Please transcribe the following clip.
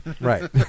right